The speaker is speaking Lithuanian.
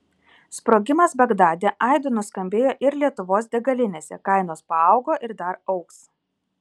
sprogimas bagdade aidu nuskambėjo ir lietuvos degalinėse kainos paaugo ir dar augs